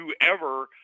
whoever